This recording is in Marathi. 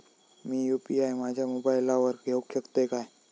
मी यू.पी.आय माझ्या मोबाईलावर घेवक शकतय काय?